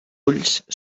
ulls